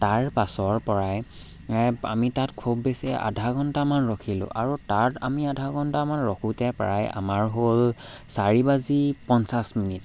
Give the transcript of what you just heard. তাৰ পাছৰ পৰাই আমি তাত খুব বেছি আধা ঘণ্টামান ৰখিলো আৰু তাত আমি আধা ঘণ্টামান ৰখোঁতে প্ৰায় আমাৰ হ'ল চাৰি বাজি পঞ্চাছ মিনিট